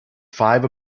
five